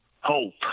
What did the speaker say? hope